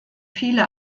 viele